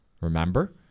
remember